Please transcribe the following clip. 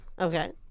Okay